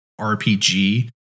RPG